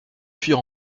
fuir